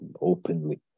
openly